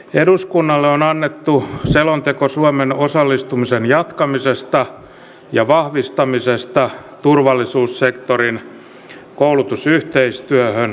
eduskunnalle on annettu selonteko suomen osallistumisen jatkamisesta ja vahvistamisesta turvallisuussektorin koulutusyhteistyössä irakissa